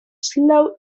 slow